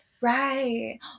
Right